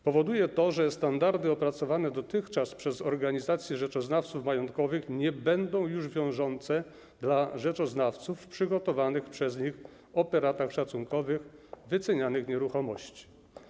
Powoduje to, że standardy opracowane przez organizacje rzeczoznawców majątkowych nie będą już wiążące dla rzeczoznawców przy przygotowywaniu przez nich operatów szacunkowych wycenianych nieruchomości.